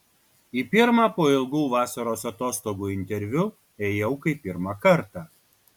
į pirmą po ilgų vasaros atostogų interviu ėjau kaip pirmą kartą